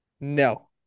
No